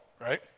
right